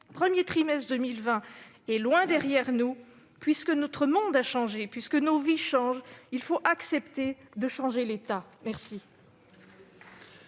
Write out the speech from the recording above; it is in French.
premier trimestre 2020 est loin derrière nous. Puisque notre monde a changé, puisque nos vies changent, il faut accepter de changer l'État. La